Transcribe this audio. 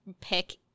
pick